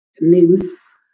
names